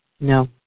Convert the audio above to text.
No